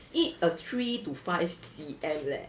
eat a three to five C_M leh